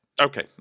Okay